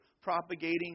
propagating